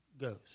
Goes